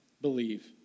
believe